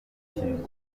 urukingo